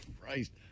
Christ